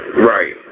right